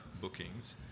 bookings